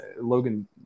Logan